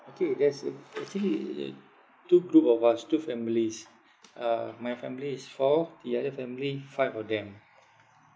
okay there's a actually uh two group of us two families uh my family is four the other family five of them